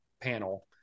panel